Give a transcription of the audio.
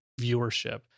viewership